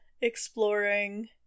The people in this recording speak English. exploring